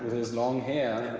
his long hair,